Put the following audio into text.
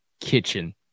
Kitchen